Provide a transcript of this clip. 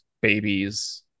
babies